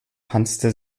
tanzte